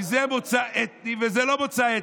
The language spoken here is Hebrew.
כי זה מוצא אתני וזה לא מוצא אתני.